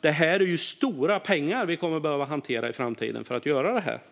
Det är alltså stora pengar som vi kommer att behöva hantera i framtiden för att göra det här.